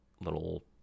little